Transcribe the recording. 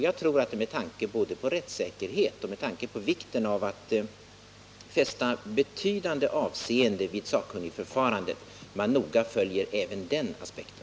Jag tror att man både med tanke på rättssäkerheten och med tanke på vikten att fästa betydande avseende vid sakkunnigförfarandet noga bör följa upp även den aspekten.